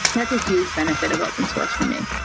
that's a huge benefi t of open source for me,